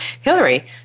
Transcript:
Hillary